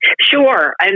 Sure